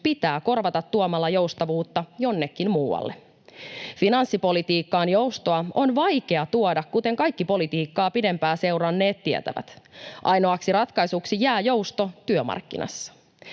pitää korvata tuomalla joustavuutta jonnekin muualle. Finanssipolitiikkaan joustoa on vaikea tuoda, kuten kaikki politiikkaa pidempää seuranneet tietävät. Ainoaksi ratkaisuksi jää jousto työmarkkinassa.